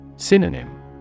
Synonym